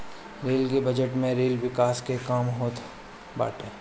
rail के budget में rail विकास के काम होत बाटे